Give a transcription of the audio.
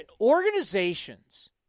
Organizations